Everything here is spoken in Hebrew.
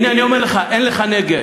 הנה, אני אומר לך, אין לך נגב.